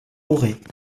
auray